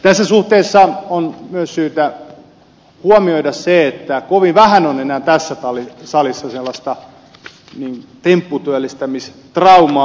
tässä suhteessa on myös syytä huomioida se että kovin vähän on enää tässä salissa sellaista tempputyöllistämistraumaa